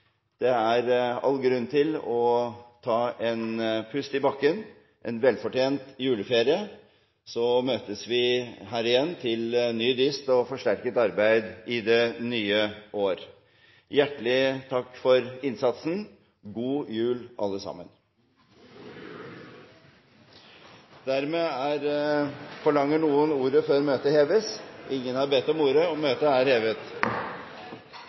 Det er all grunn til å ta en pust i bakken og en velfortjent juleferie. Vi møtes her igjen til ny dyst og forsterket arbeid i det nye året. Hjertelig takk for innsatsen. God jul alle sammen! God jul! Forlanger noen ordet før møtet heves? – Møtet er hevet.